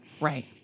Right